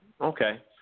Okay